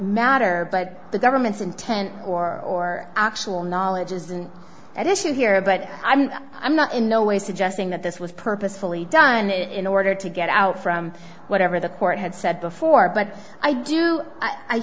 matter but the government's intent or actual knowledge isn't at issue here but i'm i'm not in no way suggesting that this was purposefully done that in order to get out from whatever the court had said before but i do i